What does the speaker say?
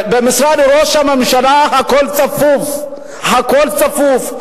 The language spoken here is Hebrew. במשרד ראש הממשלה הכול צפוף, הכול צפוף.